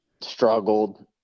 struggled